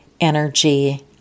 energy